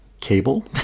Cable